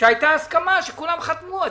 שהיתה הסכמה שכולם חתמו.